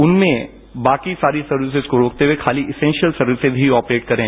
उनमें बाकी सारी सर्विसेज को रोकते हुए खाली एसेंसियल सर्विसेज भी ऑपरेट करें